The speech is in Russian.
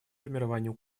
формированию